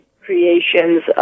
creations